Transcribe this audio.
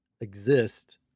exist